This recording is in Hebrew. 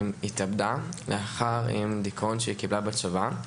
לאחר דיכאון שהיא קיבלה בצבא.